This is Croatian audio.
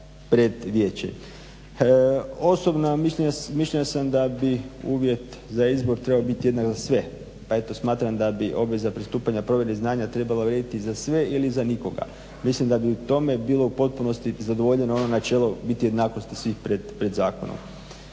Osobno mišljenja sam da bi uvjet za izbor trebao biti jednak za sve, pa eto smatram da bi obveza pristupanja provjeri znanja trebala vrijediti za sve ili za nikoga. Mislim da bi tome bilo u potpunosti zadovoljeno ono načelo jednakosti svih pred zakonom.